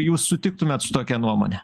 jūs sutiktumėt su tokia nuomone